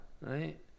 right